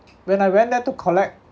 when I went there to collect